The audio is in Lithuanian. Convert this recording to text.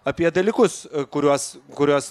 apie dalykus kuriuos kuriuos